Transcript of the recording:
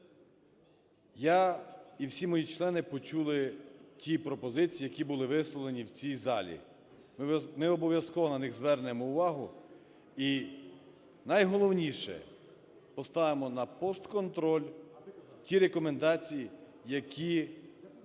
Я і всі мої члени почули ті пропозиції, які були висловлені в цій залі, ми обов'язково на них звернемо увагу. І найголовніше, поставимо на пост-контроль ті рекомендації, які